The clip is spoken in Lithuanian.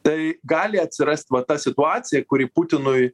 tai gali atsirast va ta situacija kuri putinui